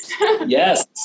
yes